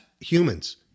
humans